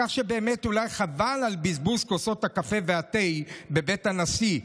כך שבאמת אולי חבל על בזבוז כוסות הקפה והתה בבית הנשיא,